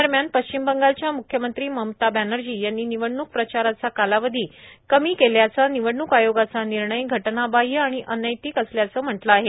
दरम्यान पश्चिम बंगालच्या मुख्यमंत्री ममता बॅनर्जी यांनी निवडणुक प्रचाराचा कालावधी कमी केल्याचा निवडणुक आयोगाचा निर्णय घटनाबाह्य आणि अनैतिक असल्याचं म्हटलं आहे